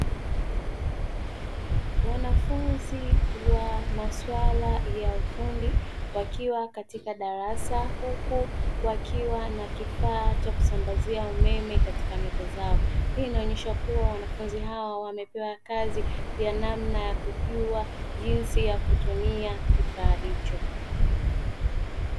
Wanafunzi wa masuala ya ufundi wakiwa katika darasa huku wakiwa na kifaa cha kusambazia umeme katika meza zao. Hii inaonyesha kuwa wanafunzi hao wamepewa kazi ya namna ya kujua jinsi ya kutumia kifaa hicho.